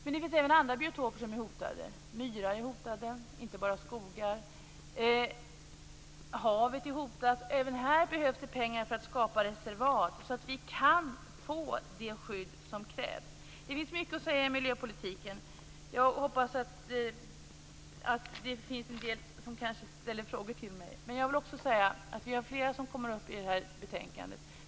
Men det finns även andra biotoper som är hotade. Myrar är hotade, inte bara skogar. Havet är hotat. Även här behövs det pengar för att skapa reservat, så att vi kan få det skydd som krävs. Det finns mycket att säga i miljöpolitiken. Jag hoppas att det finns några som kommer att ställa frågor till mig. Men jag vill också säga att vi har fler företrädare som kommer att delta i debatten om det här betänkandet.